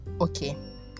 Okay